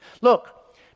Look